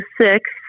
six